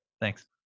Thanks